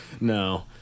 No